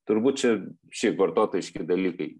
turbūt čia šiaip vartotojiški dalykai